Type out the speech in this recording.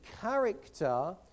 character